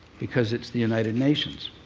because it's the united nations.